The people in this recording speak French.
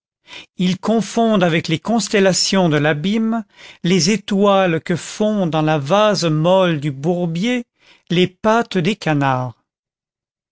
ils confondent avec les constellations de l'abîme les étoiles que font dans la vase molle du bourbier les pattes des canards